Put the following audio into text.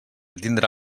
tindrà